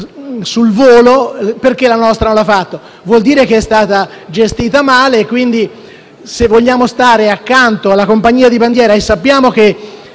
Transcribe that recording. sul volo, la nostra non li fa. Vuol dire che è stata gestita male. Se vogliamo stare accanto alla compagnia di bandiera, e sappiamo che